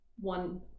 one